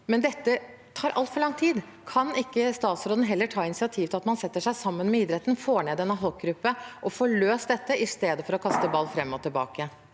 men det tar altfor lang tid. Kan ikke statsråden heller ta initiativ til at man setter seg sammen med idretten, får satt ned en ad hocgruppe og får løst dette, i stedet for å kaste ball fram og tilbake?